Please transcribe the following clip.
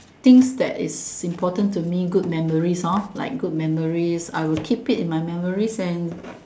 things that is important to me good memories hor like good memories I will keep it in my memories and